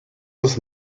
des